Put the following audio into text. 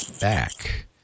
back